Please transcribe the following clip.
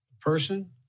person